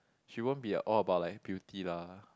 she wouldn't be a all about like beauty lah